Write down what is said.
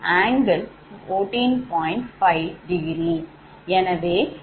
5∘ எனவே 𝛿114